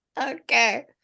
okay